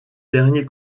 dernier